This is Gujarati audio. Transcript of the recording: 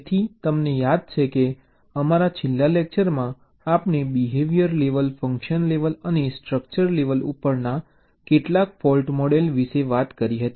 તેથી તમને યાદ છે કે અમારા છેલ્લા લેક્ચરમાં આપણે બિહેવીઅર લેવલ ફંકશન લેવલ અને સ્ટ્રકચર લેવલ ઉપરના કેટલાક ફોલ્ટ મોડેલ વિશે વાત કરી હતી